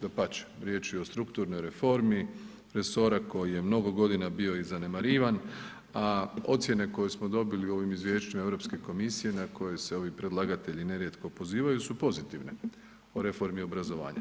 Dapače, riječ je o strukturnoj reformi resora koji je mnogo godina bio i zanemarivan, a ocjene koje smo dobili u ovim izvješćima Europske komisije na koje se ovi predlagatelji nerijetko pozivaju su pozitivne o reformi obrazovanja.